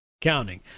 counting